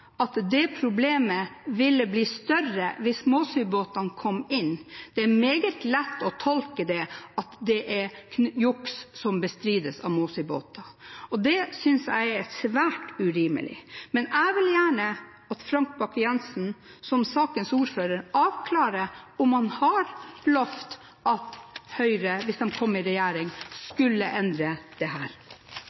at dette problemet ville bli større hvis Måsøy-båtene kom inn. Det er meget lett å tolke det som at det er juks som bestrides av Måsøy-båter, og det synes jeg er svært urimelig. Jeg vil gjerne at Frank Bakke-Jensen, som ordfører for saken, avklarer om han har lovt at Høyre – hvis de kom i regjering – skulle endre